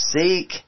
seek